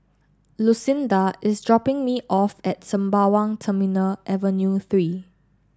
Lucinda is dropping me off at Sembawang Terminal Avenue three